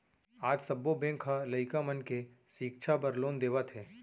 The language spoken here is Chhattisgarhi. आज सब्बो बेंक ह लइका मन के सिक्छा बर लोन देवत हे